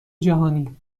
جهانی